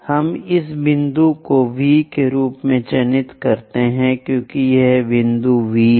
हम इस बिंदु को V के रूप में चिह्नित करते हैं क्योंकि यह बिंदु V है